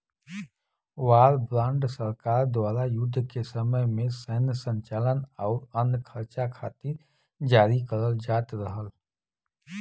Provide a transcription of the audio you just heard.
war bond सरकार द्वारा युद्ध के समय में सैन्य संचालन आउर अन्य खर्चा खातिर जारी करल जात रहल